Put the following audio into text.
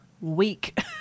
week